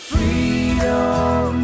Freedom